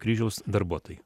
kryžiaus darbuotojai